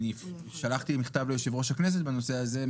שלחתי מכתב ליושב-ראש הכנסת בנושא הזה.